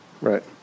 right